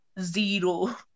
zero